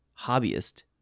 hobbyist